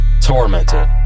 tormented